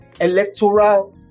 electoral